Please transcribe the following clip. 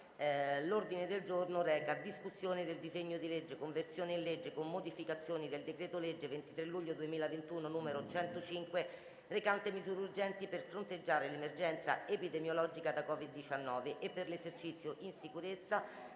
Il Senato in sede di esame del disegno di legge «Conversione in legge, con modificazioni, del decreto-legge 23 luglio 2021, n, 105, recante misure urgenti per fronteggiare l'emergenza epidemiologica da COVID-19 e per l'esercizio in sicurezza